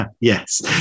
Yes